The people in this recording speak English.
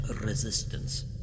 resistance